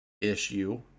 issue